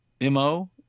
mo